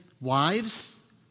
wives